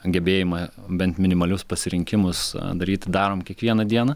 gebėjimą bent minimalius pasirinkimus daryti darom kiekvieną dieną